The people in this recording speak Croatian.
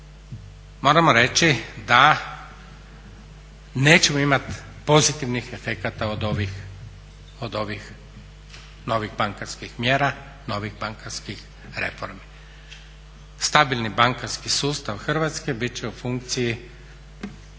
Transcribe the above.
moramo reći da nećemo imati pozitivnih efekata od ovih novih bankarskih mjera, novih bankarskih reformi. Stabilni bankarski sustav Hrvatske bit će u funkciji